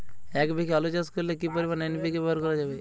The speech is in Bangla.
এক বিঘে আলু চাষ করলে কি পরিমাণ এন.পি.কে ব্যবহার করা যাবে?